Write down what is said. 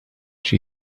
she